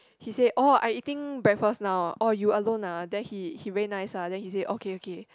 he said oh I eating breakfast now orh you alone ah then he he very nice ah then he say okay okay